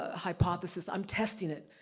ah hypothesis. i'm testing it,